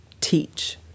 teach